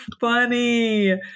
funny